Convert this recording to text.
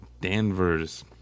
Danvers